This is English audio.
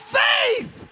faith